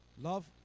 love